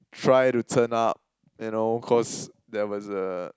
try to turn up you know cause there was a